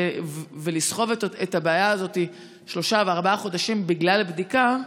ולסחוב את הבעיה הזאת שלושה וארבעה חודשים בגלל בדיקה,